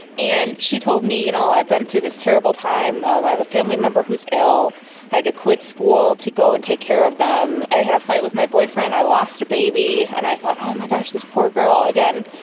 and she told me, you know, i've been through this terrible time, i have a family member ill, i had to quit school to go and take care of them, i had a fight with my boyfriend, i lost a baby. and i thought, oh my gosh, this poor girl! again,